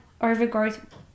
overgrowth